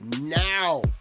now